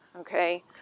okay